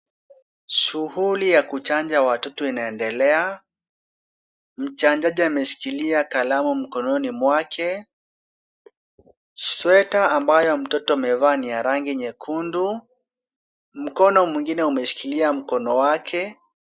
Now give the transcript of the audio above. Shughuli ya kuchanja watoto inaendelea. Mchanjaji ameshikilia kalamu mkononi mwake. Sweta ambayo mtoto amevaa ni ya rangi nyekundu. Mkono mwingine umeshikilia mkono wake.